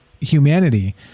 humanity